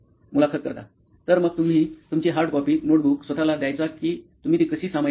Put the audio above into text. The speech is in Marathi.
मुलाखतकर्ता तर मग तुम्ही तुमची हार्ड कॉपी नोटबुक स्वत ला द्यायचा की तुम्ही ती कशी सामायिक केली